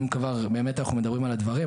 אם כבר אנחנו מדברים על הדברים,